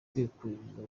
kwikururira